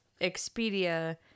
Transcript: Expedia